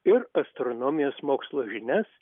ir astronomijos mokslo žinias